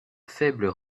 faibles